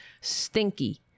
stinky